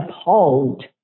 appalled